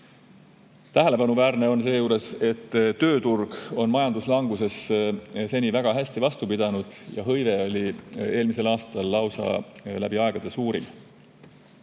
tähelepanuväärne, et tööturg on majanduslanguses seni väga hästi vastu pidanud ja hõive oli eelmisel aastal lausa läbi aegade suurim.